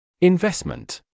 Investment